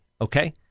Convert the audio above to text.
Okay